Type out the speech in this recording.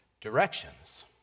directions